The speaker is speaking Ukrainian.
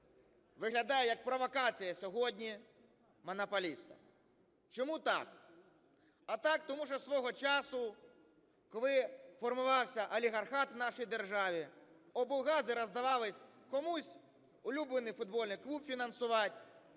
виглядає як провокація сьогодні монополіста. Чому так? А так тому, що свого часу, коли формувався олігархат в нашій держави, облгази роздавалися: комусь – улюблений футбольний клуб фінансувати,